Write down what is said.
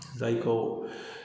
जायखौ